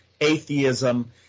atheism